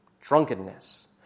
drunkenness